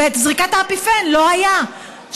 וזריקת אפיפן לא הייתה.